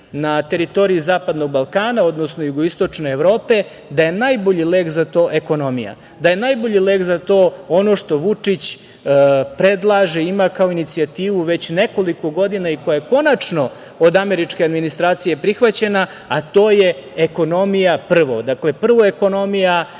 na teritoriji zapadnog Balkana, odnosno jugoistočne Evrope, da je najbolji lek za to ekonomija, da je najbolji lek za to ono što Vučić predlaže, ima kao inicijativu već nekoliko godina i koja je konačno od američke administracije prihvaćena, a to je ekonomija prvo. Prvo ekonomija,